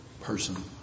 person